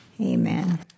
Amen